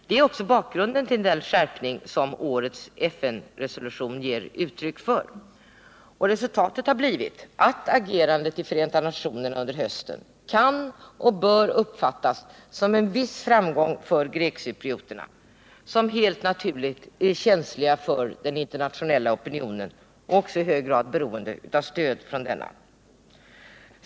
Det är också bakgrunden till den skärpning som årets FN-resolution ger uttryck för, och resultatet har blivit att agerandet i Förenta nationerna under hösten kan och bör uppfattas som en viss framgång för grekcyprioterna, som helt naturligt är känsliga för den internationella opinionen och även i hög grad beroende av stöd från denna.